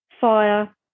fire